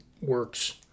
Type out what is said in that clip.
works